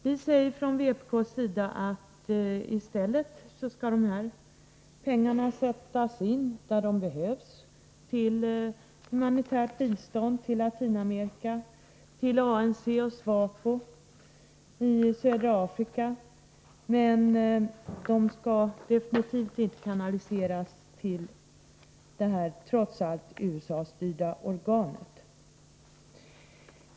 Vi säger från vpk:s sida att dessa pengar i stället skall sättas in där de behövs - till humanitärt bistånd i Latinamerika och till ANC och SWAPO i södra Afrika. Pengarna skall definitivt inte kanaliseras till Världsbanken, detta trots allt USA-styrda organ.